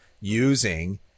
using